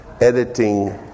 editing